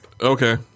okay